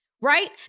right